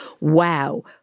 wow